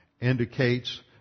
indicates